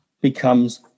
becomes